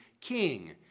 king